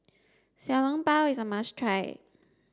Xiao Long Bao is a must try